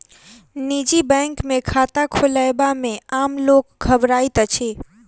निजी बैंक मे खाता खोलयबा मे आम लोक घबराइत अछि